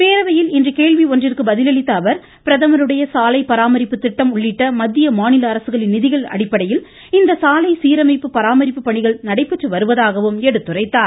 பேரவையில் இன்று கேள்வி ஒன்றிற்கு பதிலளித்த அவர் பிரதமருடைய சாலை பராமரிப்பு திட்டம் உள்ளிட்ட மத்திய மாநில அரசுகளின் நிதிகள் அடிப்படையில் இந்த சாலை சீரமைப்பு பராமரிப்பு பணிகள் நடைபெற்று வருவதாகவும் கூறினார்